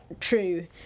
true